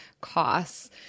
costs